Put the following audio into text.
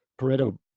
Pareto